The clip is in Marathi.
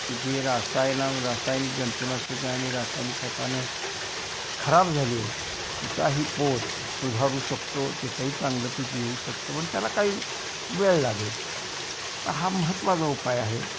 की जी रासायना रासायनिक जंतुनाशकं आणि रासायनिक खतानं खराब झाली आहे तिचाही पोत सुधारू शकतो तिथंही चांगलं पीक येऊ शकतो पण त्याला काही वेळ लागेल पण हा महत्त्वाचा उपाय आहे